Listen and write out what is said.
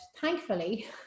thankfully